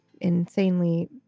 insanely